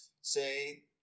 say